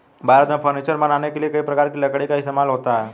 भारत में फर्नीचर बनाने के लिए कई प्रकार की लकड़ी का इस्तेमाल होता है